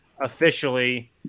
officially